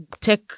tech